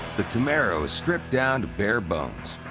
the camaro is stripped down bare bones.